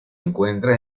encuentra